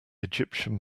egyptian